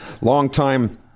longtime